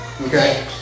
Okay